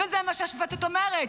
וזה מה שהשופטת אומרת.